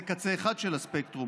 זה קצה אחד של הספקטרום,